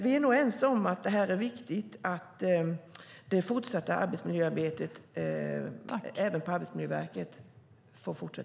Vi är nog ense om att det är viktigt att arbetsmiljöarbetet får fortsätta även på Arbetsmiljöverket.